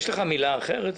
יש לך מילה אחרת?